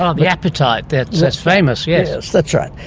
um the appetite, that's that's famous, yes. that's right.